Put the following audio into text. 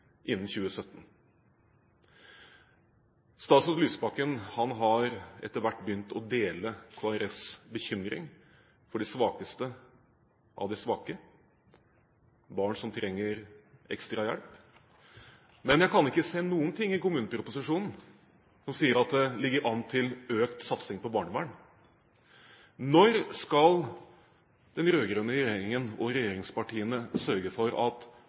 innen 2017. Statsråd Lysbakken har etter hvert begynt å dele Kristelig Folkepartis bekymring for de svakeste av de svake, barn som trenger ekstra hjelp. Men jeg kan ikke se noe i kommuneproposisjonen som sier at det ligger an til økt satsing på barnevern. Når skal den rød-grønne regjeringen og regjeringspartiene sørge for at